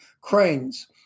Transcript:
cranes